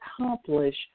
accomplish